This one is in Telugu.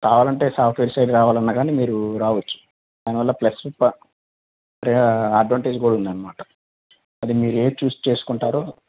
కావాలంటే సాఫ్ట్వేర్ సైడ్ రావాలన్న కానీ మీరు రావొచ్చు దానివల్ల ప్లస్ దానివల్ల ప్రయార్ అడ్వాంటేజ్ కూడా ఉందన్నమాట అది మీరు ఏది చూస్ చేసుకుంటారు